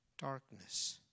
Darkness